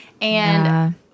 And-